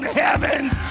heaven's